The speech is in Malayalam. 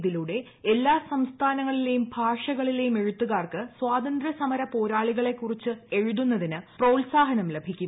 ഇതിലൂടെ എല്ലാ സംസ്ഥാനങ്ങളിലെയും എഴുത്തുകാർക്ക് സ്വാതന്ത്ര്യസമര പോരാളികളെക്കുറിച്ച് എഴുതുന്നതിന് പ്രോത്സാഹനം ലഭിക്കും